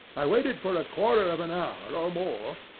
i waited for a quarter of an hour, or more,